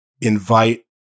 invite